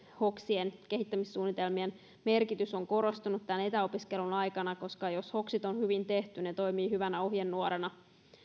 ja kehittämissuunnitelmien hoksien merkitys on korostunut tämän etäopiskelun aikana koska jos hoksit on hyvin tehty ne toimivat hyvänä ohjenuorana